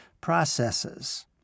processes